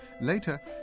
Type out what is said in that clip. Later